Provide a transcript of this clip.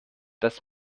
das